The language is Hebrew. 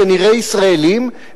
כנראה ישראלים,